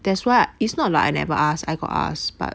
that's why it's not like I never ask I got ask but